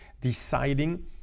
deciding